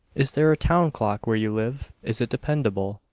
is there a town clock where you live? is it dependable?